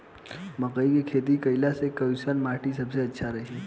मकई के खेती करेला कैसन माटी सबसे अच्छा रही?